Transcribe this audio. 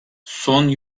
son